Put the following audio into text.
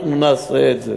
אנחנו נעשה את זה.